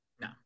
No